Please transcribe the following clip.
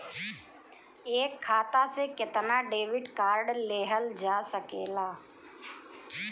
एक खाता से केतना डेबिट कार्ड लेहल जा सकेला?